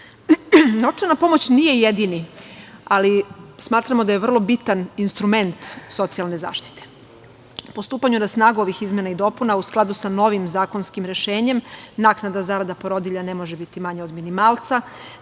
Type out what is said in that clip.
pomoć nije jedini, ali smatramo da je vrlo bitan instrument socijalne zaštite. Po stupanju na snagu ovih izmena i dopuna u skladu sa novim zakonskim rešenjem, naknada zarada porodilja ne može biti manja od minimalca.